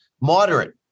moderate